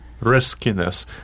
riskiness